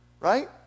Right